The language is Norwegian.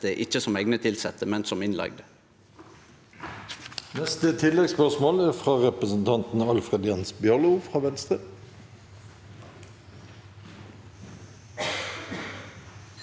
ikkje som eigne tilsette, men som innleigde.